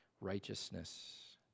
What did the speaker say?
righteousness